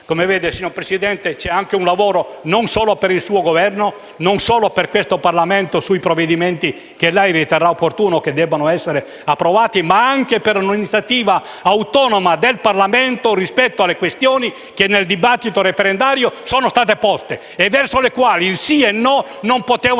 Come vede, signor Presidente, c'è un lavoro, non solo per il suo Governo, non solo per questo Parlamento sui provvedimenti che lei riterrà opportuno debbano essere approvati, ma anche per una iniziativa autonoma del Parlamento rispetto alle questioni che nel dibattito referendario sono state poste e per le quali il sì e il no non potevano avere